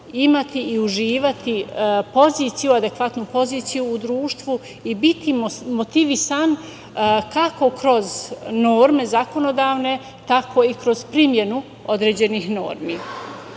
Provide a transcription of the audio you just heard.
imati i uživati poziciju adekvatnu u društvu i biti motivisan kako kroz norme zakonodavne, tako i kroz primernu određenih normi.U